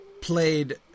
played